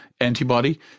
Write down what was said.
antibody